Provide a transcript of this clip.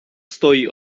stoi